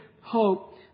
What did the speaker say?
hope